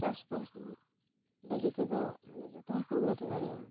ᱪᱟᱥᱵᱟᱥ ᱞᱟᱹᱜᱤᱫ ᱛᱮᱫᱚ ᱡᱚᱛᱚ ᱦᱚᱲ ᱠᱚ ᱩᱱᱱᱚᱛᱤ ᱫᱟᱲᱮᱭᱟᱜᱼᱟ